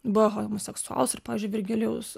buvo homoseksualūs ir pavyzdžiui virgilijaus